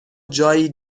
جایی